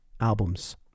albums